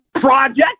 Project